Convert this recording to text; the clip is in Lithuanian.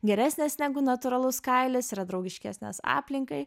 geresnės negu natūralus kailis yra draugiškesnės aplinkai